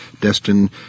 destined